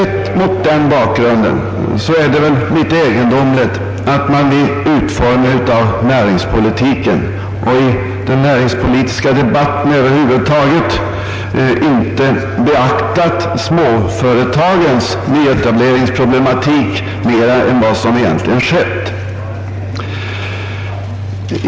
Mot den bakgrunden är det väl litet egendomligt att man vid utformningen av näringspolitiken och i den näringspolitiska debatten över huvud taget inte beaktat småföretagens nyetableringsproblematik mer än vad som skett.